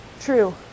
true